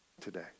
today